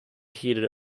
heated